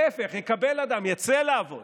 להפך, יקבל אדם, יצא לעבוד